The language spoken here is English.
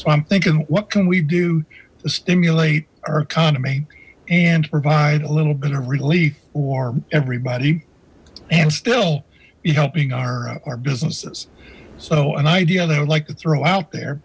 so i'm thinking what can we do to stimulate our economy and provide a little bit of relief for everybody and still be helping our businesses so an idea that would like to throw out there